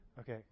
Okay